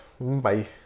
bye